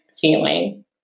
feeling